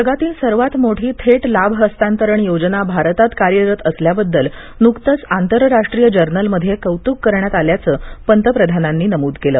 जगातील सर्वात मोठी थेट लाभ हस्तांतरण योजना भारतात कार्यरत असल्याबद्दल नुकतंच आंतरराष्ट्रीय जर्नलमध्ये कौतुक करण्यात आल्याचं पतप्रधानांनी नमूद केलं